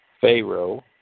Pharaoh